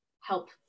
help